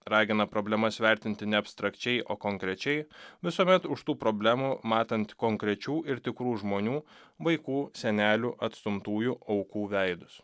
ragina problemas vertinti ne abstrakčiai o konkrečiai visuomet už tų problemų matant konkrečių ir tikrų žmonių vaikų senelių atstumtųjų aukų veidus